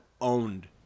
owned